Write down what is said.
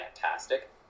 fantastic